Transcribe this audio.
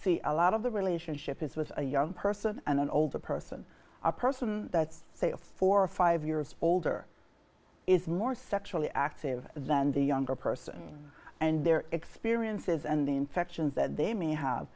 see a lot of the relationship is with a young person and an older person a person that's four or five years older is more sexually active than the younger person and their experiences and the infections that they may have